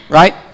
right